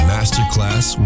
Masterclass